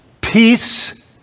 Peace